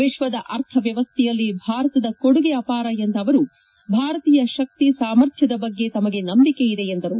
ವಿಶ್ವದ ಅರ್ಥ ವ್ಯವಸ್ಥೆಯಲ್ಲಿ ಭಾರತದ ಕೊಡುಗೆ ಅಪಾರ ಎಂದ ಅವರು ಭಾರತೀಯ ಶಕ್ತಿ ಸಾಮರ್ಥ್ಯದ ಬಗ್ಗೆ ತಮಗೆ ನಂಬಿಕೆ ಇದೆ ಎಂದರು